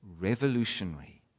revolutionary